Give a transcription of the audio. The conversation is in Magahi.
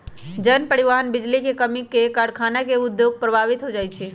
जन, परिवहन, बिजली के कम्मी से कारखाना के उद्योग प्रभावित हो जाइ छै